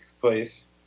place